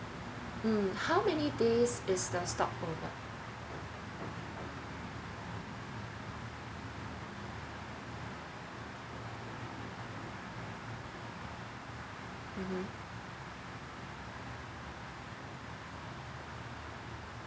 mm how many days is the stop over mm